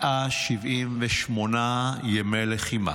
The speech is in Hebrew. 178 ימי לחימה,